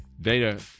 Data